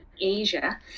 Asia